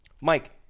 Mike